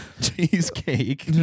Cheesecake